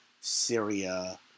Syria